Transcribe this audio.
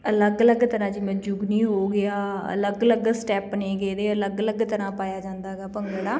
ਅਲੱਗ ਅਲੱਗ ਤਰ੍ਹਾਂ ਜਿਵੇਂ ਜੁਗਨੀ ਹੋ ਗਿਆ ਅਲੱਗ ਅਲੱਗ ਸਟੈਪ ਨੇਗੇ ਇਹਦੇ ਅਲੱਗ ਅਲੱਗ ਤਰ੍ਹਾਂ ਪਾਇਆ ਜਾਂਦਾ ਹੈਗਾ ਭੰਗੜਾ